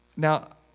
Now